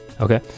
Okay